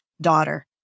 daughter